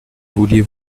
vouliez